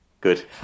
good